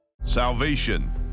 Salvation